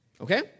okay